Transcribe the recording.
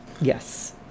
yes